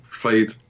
played